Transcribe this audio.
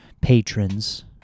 patrons